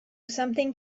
something